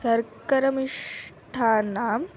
सर्करमिष्ठानाम्